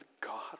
God